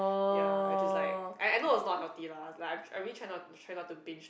ya which is like I I know is not healthy lah like I'm I really try not try not to binge